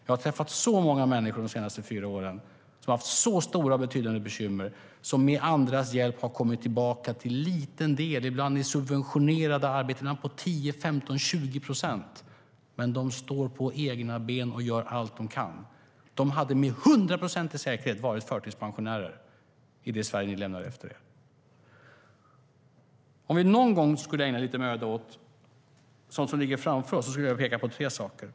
De senaste fyra åren har jag träffat många människor med stora och betydande bekymmer som med andras hjälp har kommit tillbaka till liten del, ibland i subventionerade arbeten. Det kanske jobbar 10-20 procent, men de står på egna ben och gör allt de kan. De hade med hundraprocentig säkerhet varit förtidspensionärer i det Sverige ni lämnade efter er. Låt mig ägna lite tid åt det som ligger framför oss och särskilt peka på två saker.